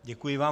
Děkuji vám.